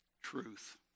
Truth